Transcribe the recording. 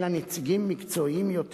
אלא נציגים מקצועיים יותר,